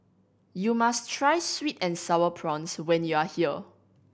you must try sweet and Sour Prawns when you are here